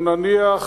או נניח,